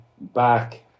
Back